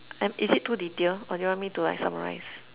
um is it too detailed or you want me to like summarize